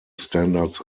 standards